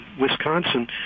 Wisconsin